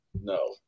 no